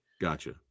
gotcha